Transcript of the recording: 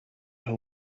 who